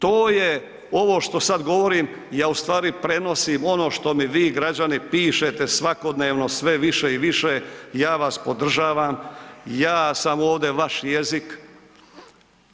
To je ovo što sad govorim, ja u stvari prenosim ono što mi vi građani pišete svakodnevno sve više i više i ja vas podržavam, ja sam ovdje vaš jezik,